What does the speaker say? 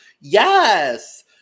Yes